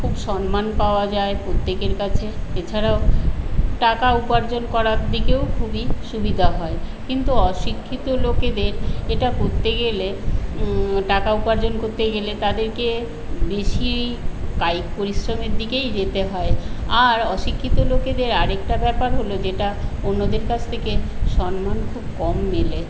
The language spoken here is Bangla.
খুব সম্মান পাওয়া যায় প্রত্যেকের কাছে এছাড়াও টাকা উপার্জন করার দিকেও খুবই সুবিধা হয় কিন্তু অশিক্ষিত লোকেদের এটা করতে গেলে টাকা উপার্জন করতে গেলে তাদেরকে বেশী কায়িক পরিশ্রমের দিকেই যেতে হয় আর অশিক্ষিত লোকেদের আর একটা ব্যাপার হল যেটা অন্যদের কাছ থেকে সম্মান খুব কম মেলে